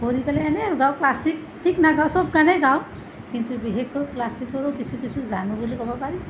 কৰি পেলাই এনেই আৰু গাওঁ ক্লাছিক ঠিক নাগাওঁ সব গানেই গাওঁ কিন্তু বিশেষকৈ ক্লাছিকৰো কিছু কিছু জানো বুলি ক'ব পাৰি